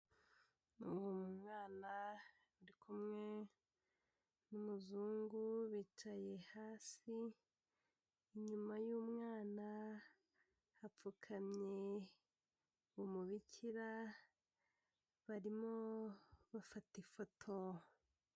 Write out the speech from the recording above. Umwana uri kumwe n'umuzungu bicaye hasi inyuma y'umwana hapfukamye umubikira barimo bafata ifoto.